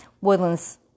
Woodlands